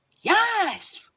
Yes